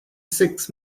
six